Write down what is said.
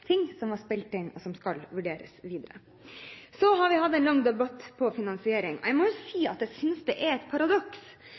ting som var spilt inn, og som skal vurderes videre. Så har vi hatt en lang debatt om finansiering. Jeg må si